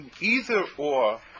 Either-or